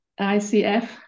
ICF